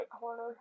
corner